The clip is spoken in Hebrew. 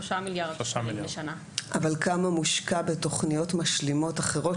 צריך לראות כמה המדינה משקיעה כשהיא מסבסדת ומממנת תוכניות אחרות,